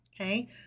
Okay